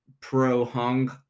pro-Hong